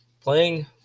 playing